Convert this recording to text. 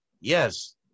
yes